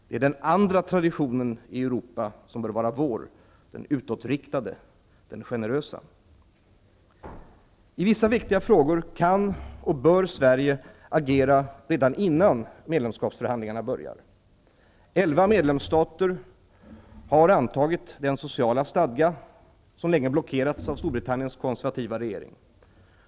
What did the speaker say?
Det är den andra traditionen i Europa som bör vara vår, den utåtriktade, den generösa. I vissa viktiga frågor kan och bör Sverige agera redan innan medlemskapsförhandlingarna börjar. Elva medlemsstater har antagit den sociala stadga som länge blockerats av Storbritanniens konservativa regering.